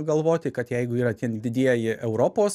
galvoti kad jeigu yra ten didieji europos